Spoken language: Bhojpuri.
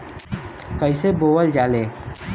कईसे बोवल जाले?